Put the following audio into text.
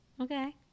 Okay